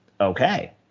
Okay